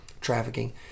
trafficking